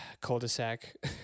cul-de-sac